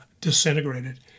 disintegrated